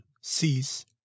cease